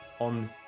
on